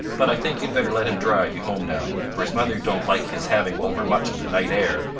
but i think you'd better let him drive you home now, for his mother don't like his having over much of the night air,